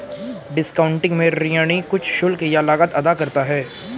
discounting में ऋणी कुछ शुल्क या लागत अदा करता है